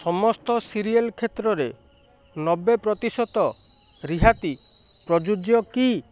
ସମସ୍ତ ସିରିଏଲ୍ କ୍ଷେତ୍ରରେ ନବେ ପ୍ରତିଶତ ରିହାତି ପ୍ରଯୁଜ୍ୟ କି